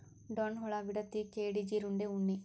ಡೋಣ ಹುಳಾ, ವಿಡತಿ, ಕೇಡಿ, ಜೇರುಂಡೆ, ಉಣ್ಣಿ